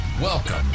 Welcome